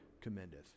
commendeth